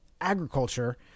agriculture